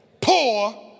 poor